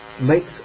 makes